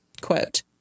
quote